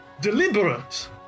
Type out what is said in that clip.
Deliberate